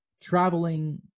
traveling